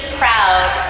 proud